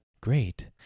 Great